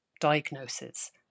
diagnosis